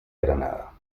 granada